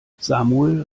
samuel